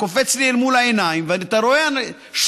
קופץ לי אל מול העיניים, ואתה רואה שכונה,